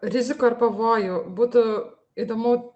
rizikų ar pavojų būtų įdomu